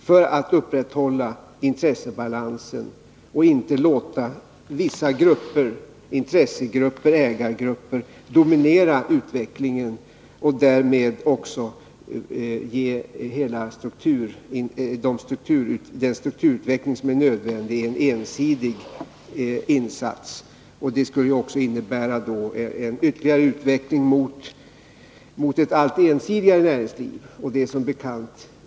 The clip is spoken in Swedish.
Vi vill upprätthålla intressebalansen och inte låta vissa intressegrupper och ägargrupper dominera hela den strukturutveckling som är nödvändig och därmed ge den en ensidig prägel. Detta skulle ju innebära en ytterligare utveckling mot ett allt ensidigare näringsliv.